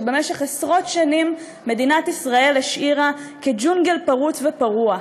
שבמשך עשרות שנים מדינת ישראל השאירה כג'ונגל פרוץ ופרוע.